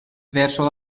verso